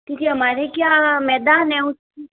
क्योंकि हमारे क्या मैदान है